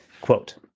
Quote